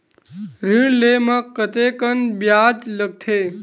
ऋण ले म कतेकन ब्याज लगथे?